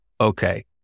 okay